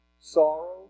sorrow